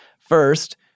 First